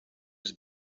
was